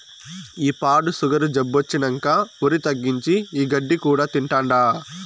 ఈ పాడు సుగరు జబ్బొచ్చినంకా ఒరి తగ్గించి, ఈ గడ్డి కూడా తింటాండా